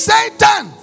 Satan